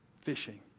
fishing